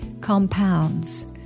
compounds